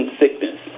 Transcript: sickness